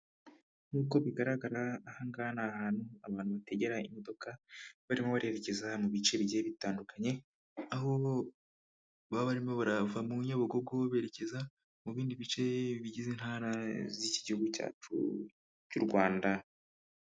Nk'uko bigaragara aha ngana ni ahantu abantu bategera imodoka barimo barekeza mu bice bigiye bitandukanye, aho baba barimo barava mu Nyabugogo berekeza mu bindi bice bigize intara z'iki gihugu cyacu cy'u Rwanda.